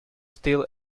still